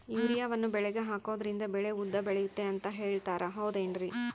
ಯೂರಿಯಾವನ್ನು ಬೆಳೆಗೆ ಹಾಕೋದ್ರಿಂದ ಬೆಳೆ ಉದ್ದ ಬೆಳೆಯುತ್ತೆ ಅಂತ ಹೇಳ್ತಾರ ಹೌದೇನ್ರಿ?